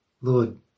Lord